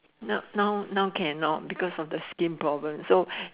no now now cannot because of the skin problem so